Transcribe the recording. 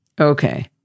Okay